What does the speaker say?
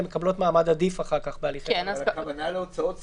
הן מקבלות מעמד עדיף אחר כך בהליכי --- הכוונה להוצאות סבירות,